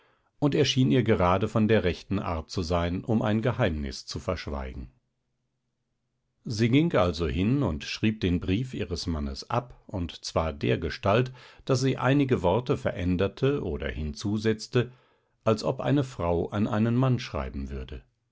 und er schien ihr gerade von der rechten art zu sein um ein geheimnis zu verschweigen sie ging also hin und schrieb den brief ihres mannes ab und zwar dergestalt daß sie einige worte veränderte oder hinzusetzte als ob eine frau an einen mann schreiben würde